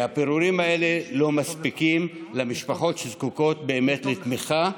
והפירורים האלה לא מספיקים למשפחות שזקוקות באמת לתמיכה,